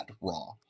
Raw